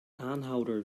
aanhouder